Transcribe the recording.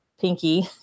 pinky